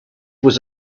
was